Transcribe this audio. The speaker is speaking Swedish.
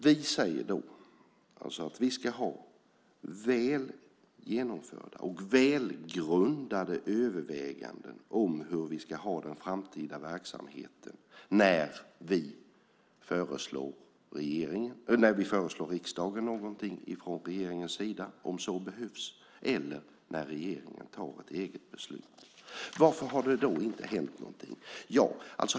Vi ska ha väl genomförda och välgrundade överväganden om hur vi ska ha den framtida verksamheten när regeringen från sin sida föreslår riksdagens någonting om så behövs eller när regeringen fattar ett eget beslut. Varför har det inte hänt någonting?